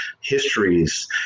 histories